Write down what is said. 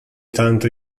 tanto